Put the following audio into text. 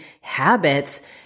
habits